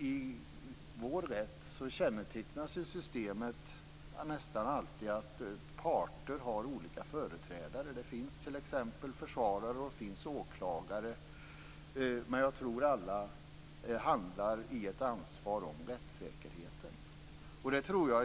I vår rätt kännetecknas systemet nästan alltid av att parter har olika företrädare, exempelvis försvarare och åklagare. Jag tror dock att alla handlar i ansvar för rättssäkerheten.